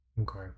Okay